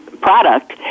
product